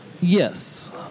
Yes